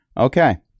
Okay